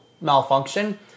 malfunction